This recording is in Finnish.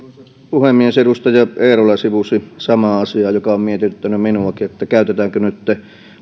puhemies edustaja eerola sivusi samaa asiaa joka on mietityttänyt minuakin että käytetäänkö nytten